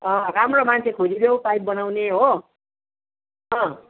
राम्रो मान्छे खोजिदेऊ पाइप बनाउने हो